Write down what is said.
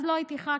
אז לא הייתי ח"כית.